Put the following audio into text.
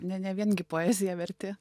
ne ne vien gi poeziją verti